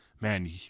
man